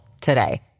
today